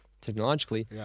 technologically